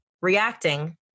reacting